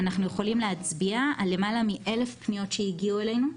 אנחנו יכולים להצביע על למעלה מ-1,000 פניות שהגיעו אלינו.